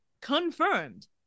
confirmed